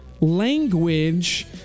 language